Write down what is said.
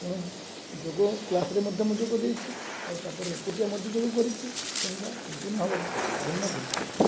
ତେଣୁ ଯୋଗ କ୍ଲାସ୍ରେ ମଧ୍ୟ ମୁଁ ଯୋଗ ଦେଇଛି ଆଉ ତା'ପରେ ଏକୁଟିଆ ମଧ୍ୟ ଯୋଗ କରିଛି କିନ୍ତୁ ତା ସମ୍ପୂର୍ଣ୍ଣ ଭାବରେ ଭିନ୍ନ ଭିନ୍ନ